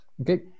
Okay